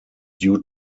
due